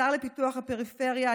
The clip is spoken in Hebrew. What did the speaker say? השר לפיתוח הפריפריה,